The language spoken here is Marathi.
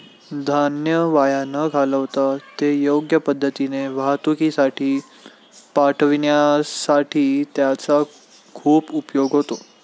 धान्य वाया न घालवता ते योग्य पद्धतीने वाहतुकीसाठी पाठविण्यासाठी त्याचा खूप उपयोग होतो